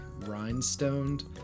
rhinestoned